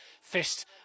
fist